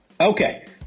Okay